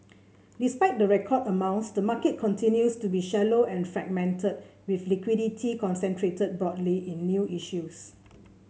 despite the record amounts the market continues to be shallow and fragmented with liquidity concentrated broadly in new issues